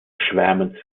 schwärmen